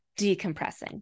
decompressing